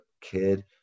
kid